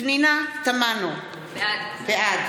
פנינה תמנו, בעד